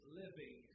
living